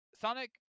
Sonic